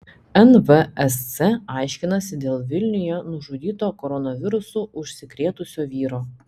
nvsc aiškinasi dėl vilniuje nužudyto koronavirusu užsikrėtusio vyro